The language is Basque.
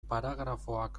paragrafoak